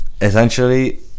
essentially